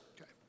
Okay